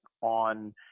on